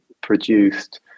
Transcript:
produced